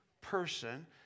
person